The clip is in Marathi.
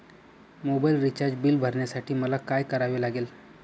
मोबाईल रिचार्ज बिल भरण्यासाठी मला काय करावे लागेल?